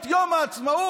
את יום העצמאות,